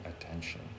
attention